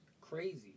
crazy